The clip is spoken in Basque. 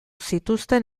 zituzten